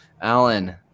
Alan